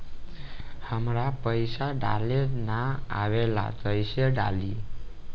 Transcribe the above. हमरा पईसा डाले ना आवेला कइसे डाली?